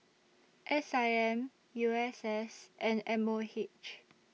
S I M U S S and M O H